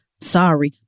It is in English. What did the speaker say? Sorry